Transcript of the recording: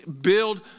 build